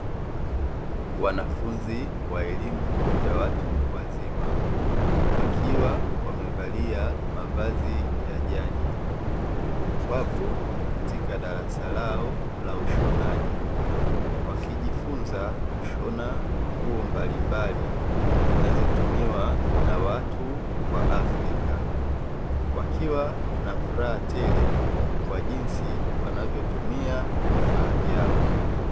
Wanafunzi wa elimu ya watu wazima wakiwa wamevalia mavazi ya jadi, wapo katika darasa lao la ushonaji wakijifunza kushona nguo mbalimbali zinazotumiwa na watu wa Afrika wakiwa na furaha tele kwa jinsi wanavyotumia vifaa vyao.